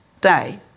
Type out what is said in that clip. day